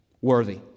Worthy